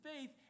faith